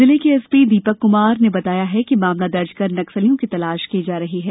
जिले के एसपी दीपक कुमार ने बताया कि मामला दर्ज कर नक्सलियों की तलाश की जा रही है